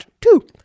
two